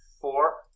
Four